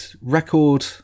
record